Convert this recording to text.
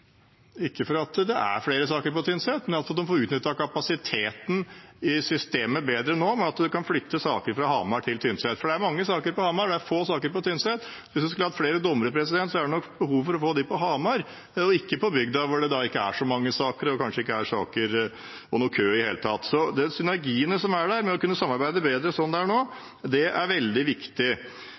men fordi de får utnyttet kapasiteten i systemet bedre nå, ved at man kan flytte saker fra Hamar til Tynset. Det er mange saker på Hamar og få saker på Tynset. Hvis man skal ha flere dommere, er nok behovet for det på Hamar, ikke på bygda, hvor det ikke er så mange saker, kanskje er det ikke saker eller kø i det hele tatt. Synergien med å kunne samarbeide bedre, slik det er nå, er veldig viktig. Så jeg synes det er litt rart at statsråden og Senterpartiet og Arbeiderpartiet nesten av prinsipp skal ha flere dommere i distriktene hvis det ikke er saker der. Det